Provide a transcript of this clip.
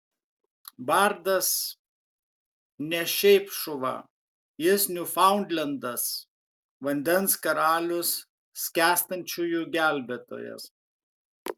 bardas ne šiaip šuva jis niūfaundlendas vandens karalius skęstančiųjų gelbėtojas